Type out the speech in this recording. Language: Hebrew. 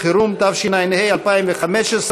התשע"ה 2015,